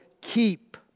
keep